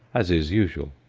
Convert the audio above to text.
as is usual.